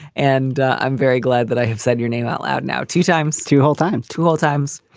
and i'm very glad that i have said your name out loud now two times, two whole time to all times.